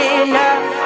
enough